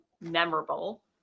memorable